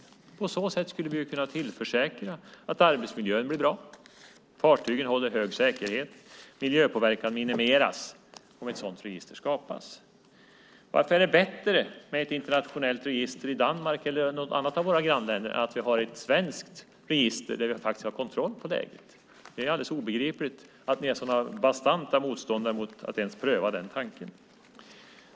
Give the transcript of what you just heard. Om ett sådant register skapas skulle vi kunna tillförsäkra att arbetsmiljön blir bra, fartygen håller hög säkerhet och miljöpåverkan minimeras. Varför är det bättre med ett internationellt register i Danmark eller i något annat av våra grannländer än att vi har ett svenskt register där vi faktiskt har kontroll på läget? Det är alldeles obegripligt att ni är sådana bastanta motståndare till att ens pröva den tanken.